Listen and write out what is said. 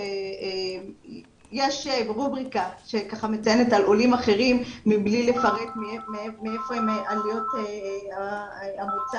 יש רובריקה שמציינת על עולים אחרים מבלי לפרט את עליית המוצא.